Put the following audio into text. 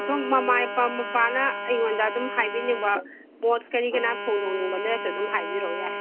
ꯁꯨꯝ ꯃꯃꯥ ꯃꯄꯥ ꯃꯄꯥꯅ ꯑꯩꯉꯣꯟꯗ ꯑꯗꯨꯝ ꯍꯥꯏꯕꯤꯅꯤꯡꯕ ꯃꯣꯠ ꯀꯔꯤ ꯀꯔꯥ ꯐꯣꯡꯗꯣꯛꯅꯤꯡꯕ ꯂꯩꯔꯒꯁꯨ ꯑꯗꯨꯝ ꯍꯥꯏꯕꯤꯔꯛꯑꯣ ꯌꯥꯏ